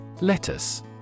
Lettuce